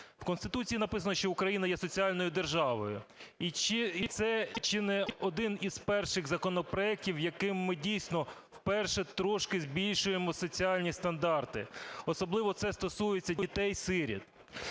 В Конституції написано, що Україна є соціальною державою, і це чи не один із перших законопроектів, яким ми дійсно вперше трошки збільшуємо соціальні стандарти. Особливо це стосується дітей-сиріт,